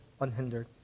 unhindered